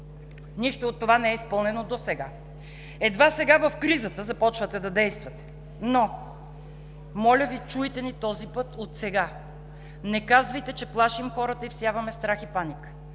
Нищо от това не е изпълнено досега. Едва сега в кризата започвате да действате, но, моля Ви, чуйте ни този път отсега – не казвайте, че плашим хората и всяваме страх и паника.